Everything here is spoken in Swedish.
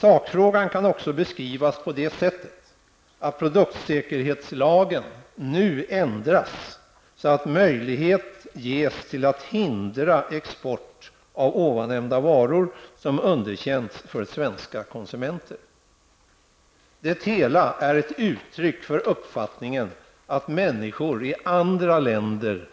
Sakfrågan kan också beskrivas på det sättet att produktsäkerhetslagen nu ändras så att möjlighet ges till att hindra export av ovannämnda varor som underkänts för svenska konsumenter. Det hela är ett uttryck för uppfattningen att människor i andra länder